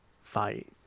fight